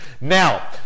now